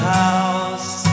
house